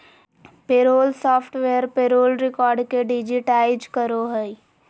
payroll software payroll record के digitise करो हइ